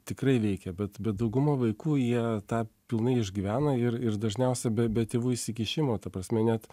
tikrai veikia bet dauguma vaikų jie tą pilnai išgyvena ir ir dažniausia be tėvų įsikišimo ta prasme net